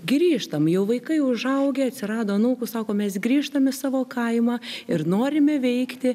grįžtam jau vaikai užaugę atsirado anūkų sako mes grįžtam į savo kaimą ir norime veikti